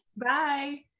Bye